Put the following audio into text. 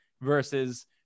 versus